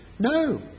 No